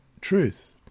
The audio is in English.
truth